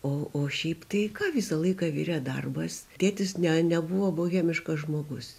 o šiaip taiį ką visą laiką virė darbas tėtis ne nebuvo bohemiškas žmogus